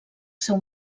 seu